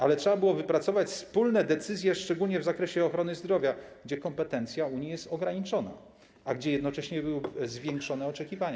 Ale trzeba było wypracować wspólne decyzje, szczególnie w zakresie ochrony zdrowia, gdzie kompetencja Unii jest ograniczona, a gdzie jednocześnie były zwiększone oczekiwania.